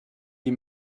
die